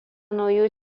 naujų